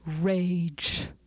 rage